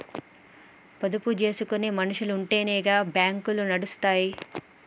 పొదుపు జేసుకునే మనుసులుంటెనే గా బాంకులు నడుస్తయ్